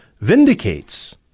vindicates